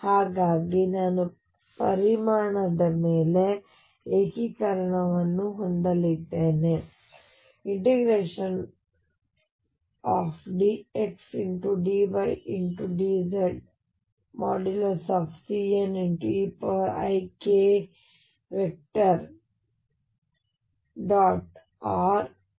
ಹಾಗಾಗಿ ನಾನು ಪರಿಮಾಣದ ಮೇಲೆ ಏಕೀಕರಣವನ್ನು ಹೊಂದಲಿದ್ದೇನೆ ∫dxdydz CN eik